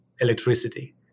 electricity